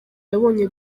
yabonye